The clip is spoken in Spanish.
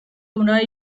una